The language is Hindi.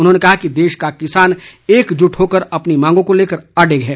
उन्होंने कहा कि देश का किसान एकजुट होकर अपनी मांगो को लेकर अडिग है